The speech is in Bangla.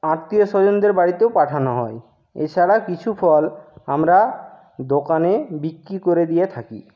আত্মীয়স্বজনদের বাড়িতেও পাঠানো হয় এছাড়া কিছু ফল আমরা দোকানে বিক্রি করে দিয়ে থাকি